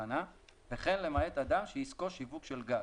תחנה וכן למעט אדם שעסקו שיווק של גז".